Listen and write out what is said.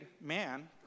man